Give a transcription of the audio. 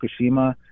Fukushima